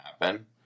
happen